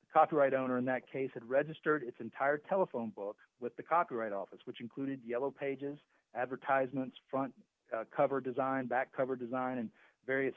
the copyright owner in that case had registered its entire telephone book with the copyright office which included yellow pages advertisements front cover design back cover design and various